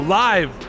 live